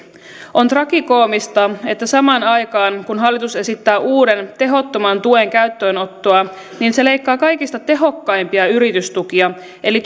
on tragikoomista että samaan aikaan kun hallitus esittää uuden tehottoman tuen käyttöönottoa se leikkaa kaikista tehokkaimpia yritystukia eli